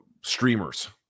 streamers